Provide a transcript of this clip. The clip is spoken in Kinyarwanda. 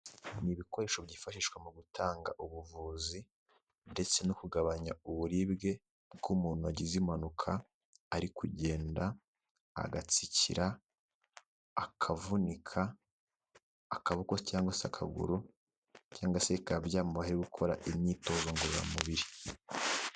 Ni ibikoresho byifashishwa mu gutanga ubuvuzi ndetse no kugabanya uburibwe bw'umuntu wagize impanuka ari kugenda agatsikira akavunika akaboko cyangwa se akaguru cyangwa se bikaba byamubayeho ari gukora imyitozo ngororamubiri.